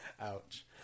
Ouch